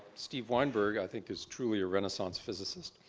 steve weinberg, i think, is truly a renaissance physicist.